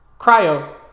cryo